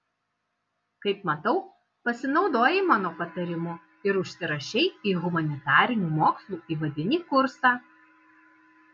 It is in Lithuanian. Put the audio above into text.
kaip matau pasinaudojai mano patarimu ir užsirašei į humanitarinių mokslų įvadinį kursą